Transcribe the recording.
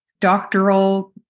doctoral